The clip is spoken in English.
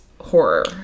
horror